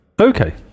Okay